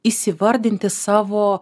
įsivardinti savo